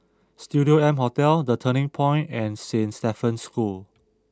Studio M Hotel The Turning Point and Saint Stephen's School